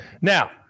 Now